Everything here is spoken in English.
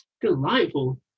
Delightful